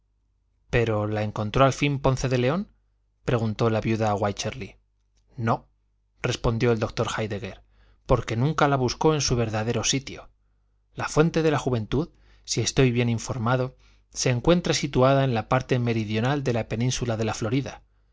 pero la encontró al fin ponce de león preguntó la viuda wycherly no respondió el doctor héidegger porque nunca la buscó en su verdadero sitio la fuente de la juventud si estoy bien informado se encuentra situada en la parte meridional de la península de la florida